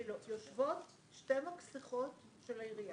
יושבות שתי מכסחות של העירייה